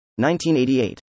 1988